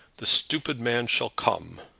the stupid man shall come.